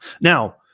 Now